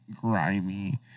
grimy